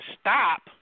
stop